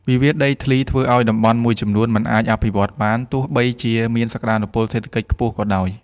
វិវាទដីធ្លីធ្វើឱ្យតំបន់មួយចំនួនមិនអាចអភិវឌ្ឍបាន ទោះបីជាមានសក្ដានុពលសេដ្ឋកិច្ចខ្ពស់ក៏ដោយ។